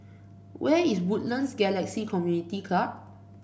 where is Woodlands Galaxy Community Club